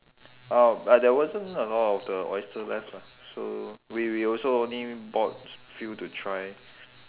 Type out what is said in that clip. uh but there wasn't a lot of the oyster left lah so we we also only brought few to try